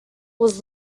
was